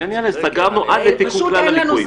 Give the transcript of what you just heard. סגרנו עד לתיקון הליקויים.